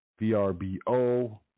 VRBO